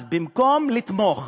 אז במקום לתמוך,